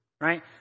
right